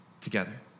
together